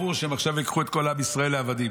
ברור שהם עכשיו ייקחו את כל עם ישראל לעבדים.